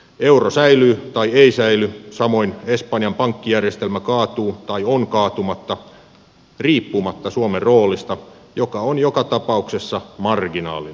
euro säilyy tai ei säily samoin espanjan pankkijärjestelmä kaatuu tai on kaatumatta riippumatta suomen roolista joka on joka tapauksessa marginaalinen